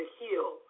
heal